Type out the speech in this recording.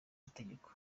mategeko